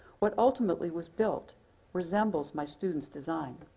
what ultimately was built resembles my student's design.